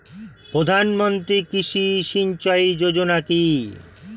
প্রধানমন্ত্রী কৃষি সিঞ্চয়ী যোজনা কি?